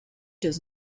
does